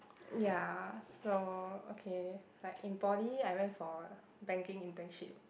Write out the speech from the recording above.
ya so okay like in poly I went for banking internship